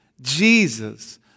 Jesus